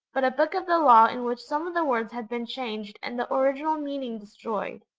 but a book of the law in which some of the words had been changed and the original meaning destroyed.